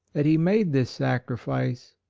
that he made this sacrifice,